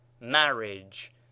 Marriage